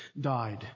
died